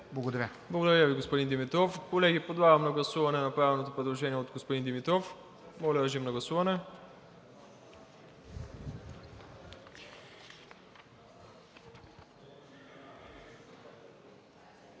Благодаря Ви, господин Димитров.